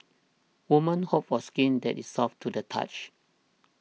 women hope for skin that is soft to the touch